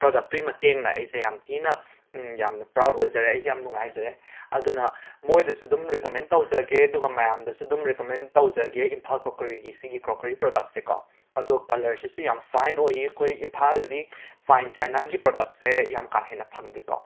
ꯄ꯭ꯔꯗꯛꯇꯨꯒꯤ ꯃꯇꯦꯡꯅ ꯑꯩꯁꯦ ꯌꯥꯝꯅ ꯊꯤꯅ ꯌꯥꯝꯅ ꯄ꯭ꯔꯥꯎꯗ ꯑꯣꯏꯖꯔꯦ ꯑꯩꯁꯦ ꯅꯨꯡꯉꯥꯏꯖꯔꯦ ꯑꯗꯨꯅ ꯃꯣꯏꯗꯁꯨ ꯑꯗꯨꯝ ꯔꯦꯀꯃꯦꯟ ꯇꯧꯖꯒꯦ ꯑꯗꯨꯒ ꯃꯌꯥꯝꯗꯁꯨ ꯑꯗꯨꯝ ꯔꯦꯀꯃꯦꯟ ꯇꯧꯖꯒꯦ ꯏꯝꯐꯥꯜ ꯀ꯭ꯔꯣꯀꯔꯤꯒꯤ ꯁꯤꯒꯤ ꯀ꯭ꯔꯣꯀꯔꯤ ꯄ꯭ꯔꯣꯗꯛꯁꯦꯀꯣ ꯑꯗꯣ ꯀꯜꯂꯔꯁꯤꯁꯨ ꯌꯥꯝ ꯐꯥꯏꯟ ꯑꯣꯏꯌꯦ ꯑꯩꯈꯣꯏ ꯏꯝꯐꯥꯜꯗꯗꯤ ꯐꯥꯏꯟ ꯆꯥꯏꯅꯥꯒꯤ ꯄ꯭ꯔꯣꯗꯛꯁꯦ ꯌꯥꯝ ꯀꯥ ꯍꯦꯟꯅ ꯐꯪꯗꯦꯀꯣ